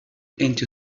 into